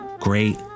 great